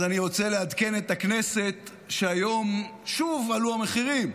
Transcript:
אז אני רוצה לעדכן את הכנסת שהיום שוב עלו המחירים.